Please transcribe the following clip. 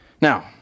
Now